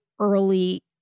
early